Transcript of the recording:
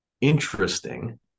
interesting